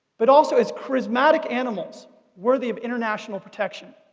but also as charismatic animals worthy of international protection.